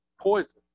poison